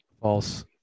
False